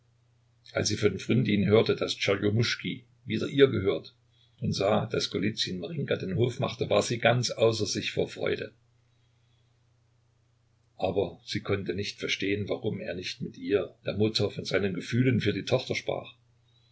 als sie von fryndin hörte daß tscherjomuschki wieder ihr gehörte und sah daß golizyn marinjka den hof machte war sie ganz außer sich vor freude aber sie konnte nicht verstehen warum er nicht mit ihr der mutter von seinen gefühlen für die tochter sprach